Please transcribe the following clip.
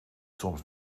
soms